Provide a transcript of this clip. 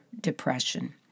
depression